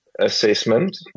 assessment